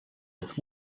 with